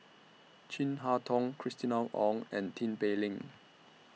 Chin Harn Tong Christina Ong and Tin Pei Ling